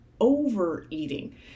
overeating